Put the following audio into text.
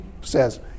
says